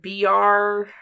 BR